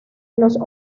los